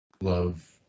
love